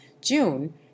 June